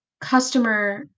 customer